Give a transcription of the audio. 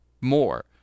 more